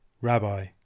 Rabbi